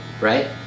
right